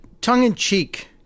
tongue-in-cheek